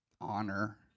honor